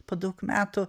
po daug metų